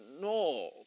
no